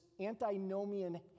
antinomian